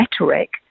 rhetoric